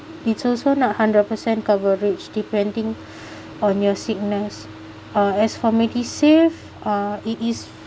it also not hundred percent coverage depending on your sickness uh as for medisave uh it is